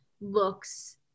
looks